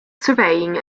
surveying